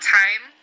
time